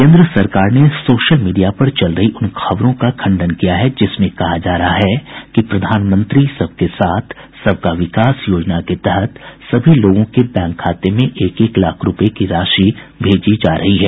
केन्द्र सरकार ने सोशल मीडिया पर चल रही उन खबरों का खंडन किया है जिसमें कहा जा रहा है कि प्रधानमंत्री सबके साथ सबका विकास योजना के तहत सभी लोगों के बैंक खाते में एक एक लाख रूपये की राशि भेजी जा रही है